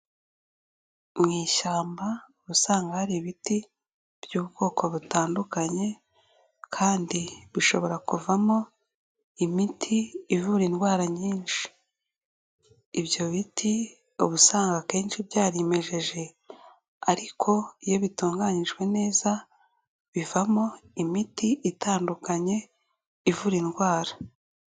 Mu ishyamba uba usanga hari ibiti by'ubwoko butandukanye kandi bishobora kuvamo imiti ivura indwara nyinshi, ibyo biti uba usanga akenshi byarimejeje ariko iyo bitunganyijwe neza, bivamo imiti itandukanye ivura indwara.